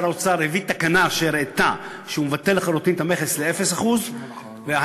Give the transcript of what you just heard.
שר האוצר הביא תקנה שהראתה שהוא מבטל לחלוטין את המכס ל-0% והיום,